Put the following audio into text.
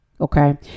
Okay